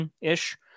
ish